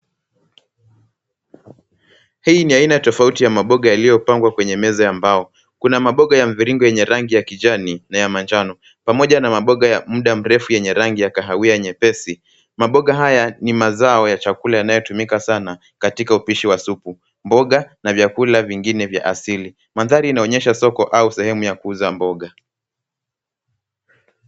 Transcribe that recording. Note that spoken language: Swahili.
Hii ni aina tofauti ya maboga yaliyopangwa kwenye meza ya mbao. Kuna maboga ya mviringo yenye rangi kijani na ya manjano, pamoja na maboga ya muda mrefu yenye rangi ya kahawia nyepesi. Maboga haya ni mazao ya chakula yanayotumika sana katika upishi wa supu, mboga na vyakula vingine vya asili. Mandhari inaonyesha soko au sehemu ya kuuza mboga.